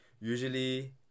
usually